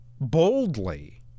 Boldly